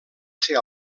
ser